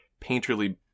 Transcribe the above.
painterly